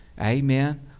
Amen